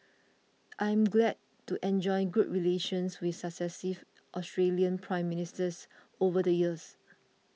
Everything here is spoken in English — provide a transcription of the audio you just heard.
I am glad to enjoyed good relations with successive Australian Prime Ministers over the years